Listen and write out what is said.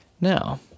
now